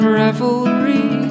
revelry